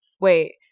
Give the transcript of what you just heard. Wait